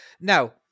now